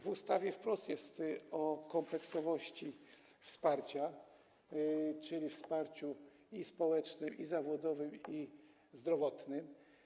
W ustawie wprost jest mowa o kompleksowości wsparcia, czyli wsparciu i społecznym, i zawodowym, i zdrowotnym.